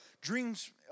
Dreams